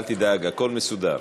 אל תדאג, הכול מסודר.